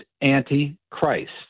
anti-christ